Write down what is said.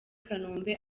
kanombe